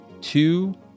two